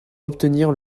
obtenir